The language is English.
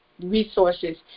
resources